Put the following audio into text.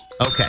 Okay